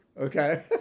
Okay